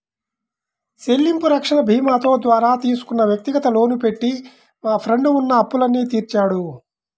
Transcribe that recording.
చెల్లింపు రక్షణ భీమాతో ద్వారా తీసుకున్న వ్యక్తిగత లోను పెట్టి మా ఫ్రెండు ఉన్న అప్పులన్నీ తీర్చాడు